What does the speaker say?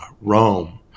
Rome